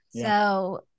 So-